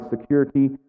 security